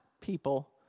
people